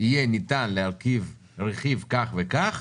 יהיה ניתן להרכיב רכיב כך וכך